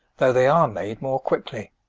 though they are made more quickly.